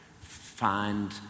find